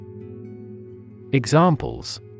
Examples